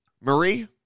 Marie